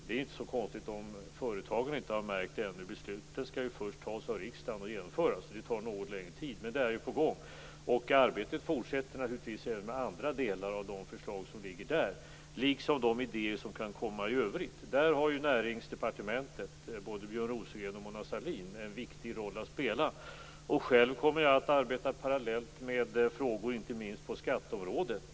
Det är inte så konstigt om företagen inte har märkt det ännu. Besluten skall ju först fattas av riksdagen och genomföras. Det tar något längre tid, med det är på gång. Arbetet fortsätter naturligtvis även med andra delar av de förslag som ligger, liksom de idéer som kan komma i övrigt. Där har Näringsdepartementet, både Björn Rosengren och Mona Sahlin, en viktig roll att spela. Själv kommer jag att arbeta parallellt med frågor inte minst på skatteområdet.